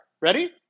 Ready